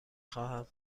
خواهم